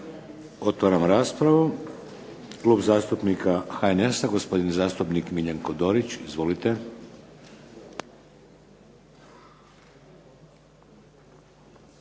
Otvaram raspravu. Klub zastupnika HNS-a, gospodin zastupnik Miljenko Dorić. Izvolite.